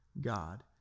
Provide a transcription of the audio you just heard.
god